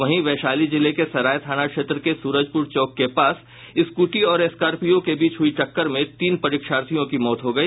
वहीं वैशाली जिले में सराय थाना क्षेत्र के सूरजपुर चौक के पास स्कूटी और स्कॉर्पियो के बीच हुई टक्कर में तीन परीक्षार्थियों की मौत हो गई